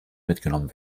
mitgenommen